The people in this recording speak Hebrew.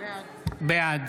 בעד